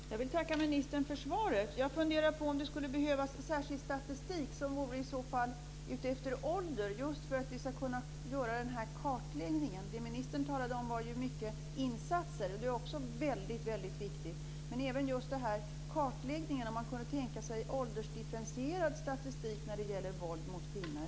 Herr talman! Jag vill tacka ministern för svaret. Jag funderar på om det skulle behövas en särskild statistik som i så fall vore efter ålder just för att vi ska kunna göra den här kartläggningen. Det ministern talade om var insatser, vilket också är väldigt viktigt. Men skulle man, med tanke på den här kartläggningen, kunna tänka sig en åldersdifferentierad statistik när det gäller våld mot kvinnor?